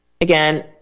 Again